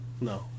No